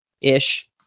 ish